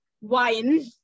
wine